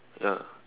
ya